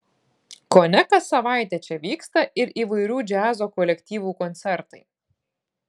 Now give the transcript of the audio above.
kone kas savaitę čia vyksta ir įvairių džiazo kolektyvų koncertai